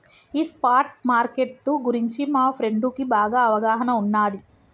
ఈ spot market గురించి మా ఫ్రెండుకి బాగా అవగాహన ఉన్నాది